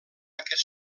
aquest